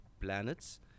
planets